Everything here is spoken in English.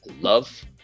love